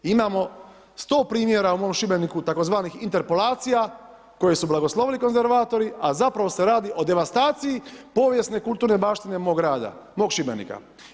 Imamo 100 primjera u mom Šibeniku tzv. interpolacija koje su blagoslovili konzervatori, a zapravo se radi o devastaciji povijesne kulturne baštine mog grada, mog Šibenika.